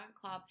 club